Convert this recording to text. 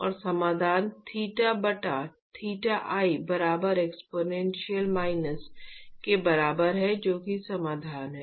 और समाधान थीटा बटा थीटा i बराबर एक्सपोनेंशियल माइनस के बराबर है जो कि समाधान है